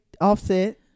Offset